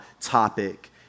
topic